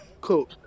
Cool